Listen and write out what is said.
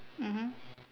mmhmm